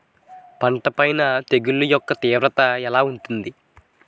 పంట పైన తెగుళ్లు యెక్క తీవ్రత ఎలా ఉంటుంది